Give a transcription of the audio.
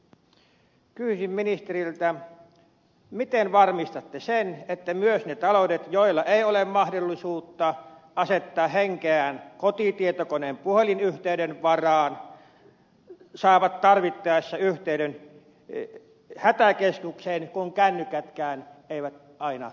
kysyisin ministeriltä miten varmistatte sen että myös ne taloudet joilla ei ole mahdollisuutta asettaa henkeään kotitietokoneen puhelinyhteyden varaan saavat tarvittaessa yhteyden hätäkeskukseen kun kännykätkään eivät aina